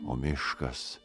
o miškas